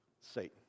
Satan